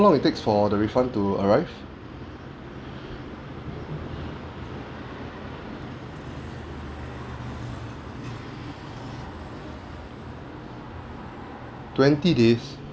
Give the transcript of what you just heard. ~ng it takes for the refund to arrive twenty days